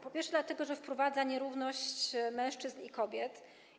Po pierwsze, dlatego że wprowadza nierówność mężczyzn i kobiet.